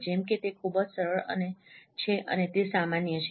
જેમકે તે ખૂબ જ સરળ છે અને તે સામાન્ય છે